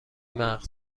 مغر